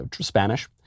Spanish